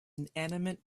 inanimate